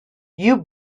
you